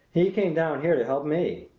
he came down here to help me!